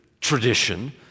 tradition